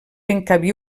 encabir